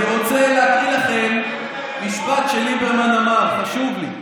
אני רוצה להקריא לכם משפט שליברמן אמר, חשוב לי.